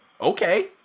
Okay